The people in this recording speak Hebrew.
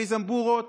בלי זמבורות,